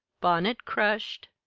bonnet crushed,